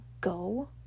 go